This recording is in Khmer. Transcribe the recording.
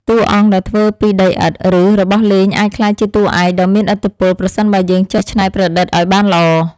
តួអង្គដែលធ្វើពីដីឥដ្ឋ ឬ របស់លេងអាចក្លាយជាតួឯកដ៏មានឥទ្ធិពលប្រសិនបើយើងចេះច្នៃប្រឌិតឱ្យបានល្អ។